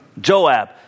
Joab